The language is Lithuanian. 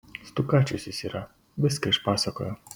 stukačius jis yra viską išpasakojo